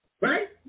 right